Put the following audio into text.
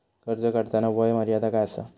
कर्ज काढताना वय मर्यादा काय आसा?